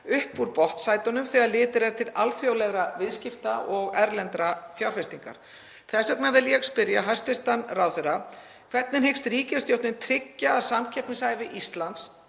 upp úr botnsætunum þegar litið er til alþjóðlegra viðskipta og erlendra fjárfestinga. Þess vegna vil ég spyrja hæstv. ráðherra: Hvernig hyggst ríkisstjórnin tryggja að samkeppnishæfni Íslands